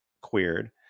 queered